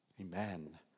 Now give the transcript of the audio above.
Amen